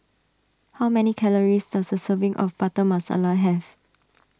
how many calories does a serving of Butter Masala have